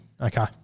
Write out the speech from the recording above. Okay